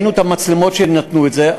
ראינו את המצלמות שנתנו את זה,